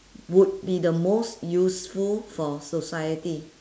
would be the most useful for society